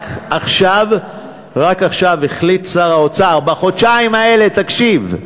רק עכשיו החליט שר האוצר, בחודשיים האלה, תקשיב,